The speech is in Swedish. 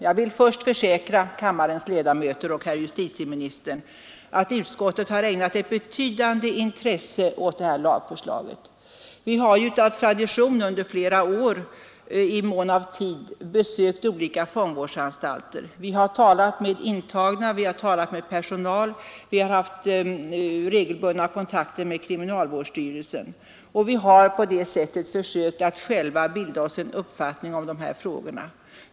Jag vill först försäkra kammarens ledamöter och herr justitieministern att utskottet har ägnat ett betydande intresse åt detta lagförslag. Vi har av tradition under flera år i mån av tid besökt olika fångvårdsanstalter. Vi har talat med intagna, vi har talat med personal, vi har haft regelbundna kontakter med kriminalvårdsstyrelsen. Vi har på detta sätt själva försökt bilda oss en uppfattning om dessa frågor.